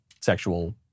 sexual